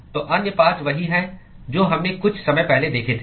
तो अन्य 5 वही हैं जो हमने कुछ समय पहले देखे थे